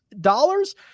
dollars